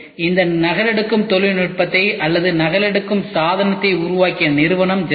இந்த நகலெடுக்கும் தொழில்நுட்பத்தை அல்லது நகலெடுக்கும் சாதனத்தை உருவாக்கிய நிறுவனம் ஜெராக்ஸ்